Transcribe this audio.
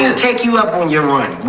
and take you up on your one